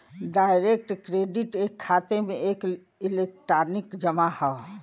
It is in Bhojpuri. डायरेक्ट क्रेडिट एक खाते में एक इलेक्ट्रॉनिक जमा हौ